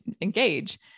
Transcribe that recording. engage